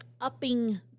upping